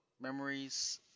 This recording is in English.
memories